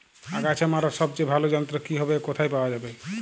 আগাছা মারার সবচেয়ে ভালো যন্ত্র কি হবে ও কোথায় পাওয়া যাবে?